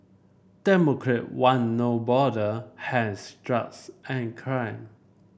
democrat want No Border hence drugs and crime